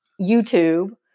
YouTube